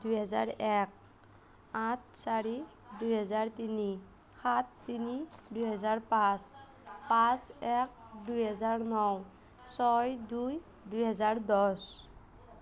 দুহেজাৰ এক আঠ চাৰি দুহেজাৰ তিনি সাত তিনি দুহেজাৰ পাঁচ পাঁচ এক দুহেজাৰ ন ছয় দুই দুহেজাৰ দহ